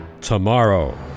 Tomorrow